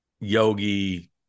Yogi